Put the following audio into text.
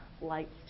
lights